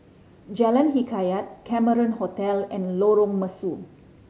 Jalan Hikayat Cameron Hotel and Lorong Mesu